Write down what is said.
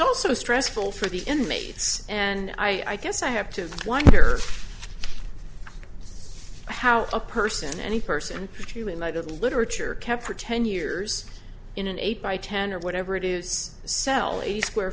also stressful for the inmates and i guess i have to wonder how a person any person in light of literature kept for ten years in an eight by ten or whatever it is sell a square